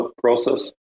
process